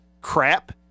crap